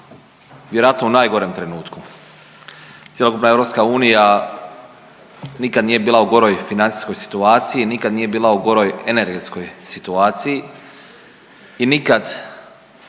vjerojatno u najgorem trenutku. Cjelokupna Europska unija nikad nije bila u goroj financijskoj situaciji, nikad nije bila u goroj energetskoj situaciji i nikad,